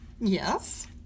Yes